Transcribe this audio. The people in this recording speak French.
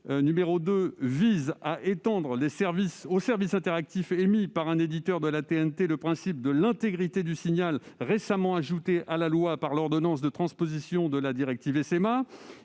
rectifié vise à étendre aux services interactifs émis par un éditeur de la TNT le principe de l'intégrité du signal récemment ajouté à la loi par l'ordonnance de transposition de la directive SMA.